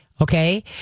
Okay